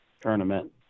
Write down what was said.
tournament